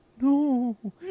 no